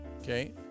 okay